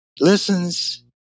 listens